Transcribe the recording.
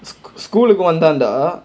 school கு வந்தான்:ku vanthaan dah